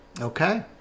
Okay